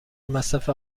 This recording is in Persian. مصرف